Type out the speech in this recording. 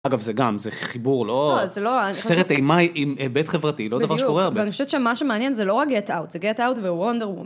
אגב, זה גם, זה חיבור, לא סרט אימה עם בית חברתי, לא דבר שקורה הרבה. בדיוק, ואני חושבת שמה שמעניין זה לא הגט-אוט, זה גט-אוט ווונדר וומן.